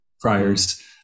friars